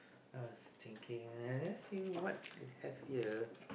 I was thinking I ask you what they have here